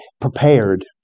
prepared